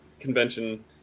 convention